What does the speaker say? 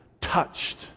touched